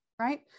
right